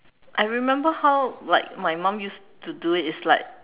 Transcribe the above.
I remember how like my mom used to do it's like